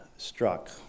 struck